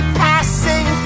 passing